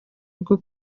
rwo